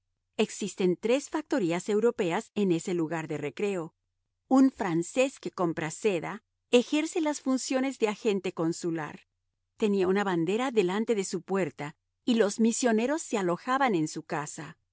existen tres factorías europeas en ese lugar de recreo un francés que compra seda ejerce las funciones de agente consular tenía una bandera delante de su puerta y los misioneros se alojaban en su casa